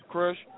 Crush